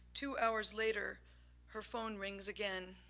two hours later her phone rings again,